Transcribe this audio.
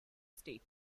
states